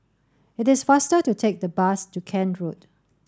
it is faster to take the bus to Kent Road